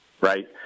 right